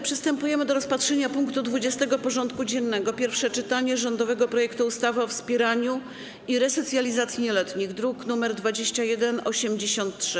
Przystępujemy do rozpatrzenia punktu 20. porządku dziennego: Pierwsze czytanie rządowego projektu ustawy o wspieraniu i resocjalizacji nieletnich (druk nr 2183)